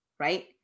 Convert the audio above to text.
right